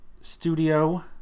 studio